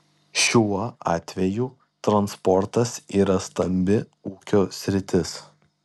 šiuo atveju transportas yra stambi ūkio sritis